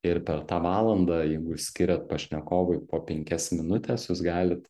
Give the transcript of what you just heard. ir per tą valandą jeigu skiriat pašnekovui po penkias minutes jūs galit